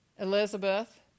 Elizabeth